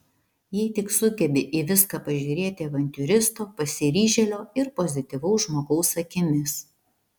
jei tik sugebi į viską pažiūrėti avantiūristo pasiryžėlio ir pozityvaus žmogaus akimis